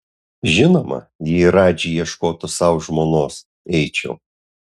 žinoma jei radži ieškotų sau žmonos eičiau